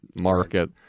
market